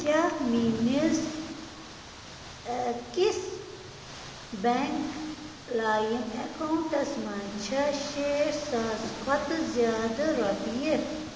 کیٛاہ میٛٲنِس X bank لایِم ایٚکاونٹَس منٛز چھا شیٹھ ساس کھۄتہٕ زِیادٕ رۄپیہِ